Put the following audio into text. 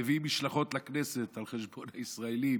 מביאים משלחות לכנסת על חשבון הישראלים,